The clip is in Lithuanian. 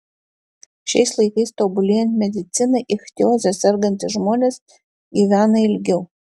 šiais laikais tobulėjant medicinai ichtioze sergantys žmonės gyvena ilgiau